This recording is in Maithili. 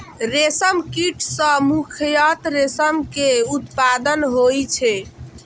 रेशम कीट सं मुख्यतः रेशम के उत्पादन होइ छै